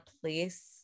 place